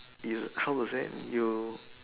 you how to say you